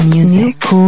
Music